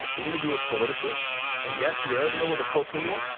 we're gonna do it politically and yes, we are in the middle of a cultural war.